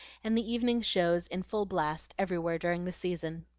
and the evening shows in full blast everywhere during the season.